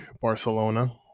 Barcelona